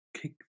kick